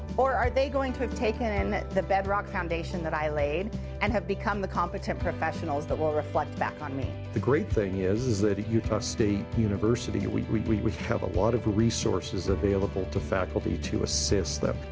or are they going to have taken in the bedrock foundation that i laid and have become the concept of professionals that will reflect back on me. the great thing is, is that utah state university we would we would have a lot of the resources available to faculty to assist that.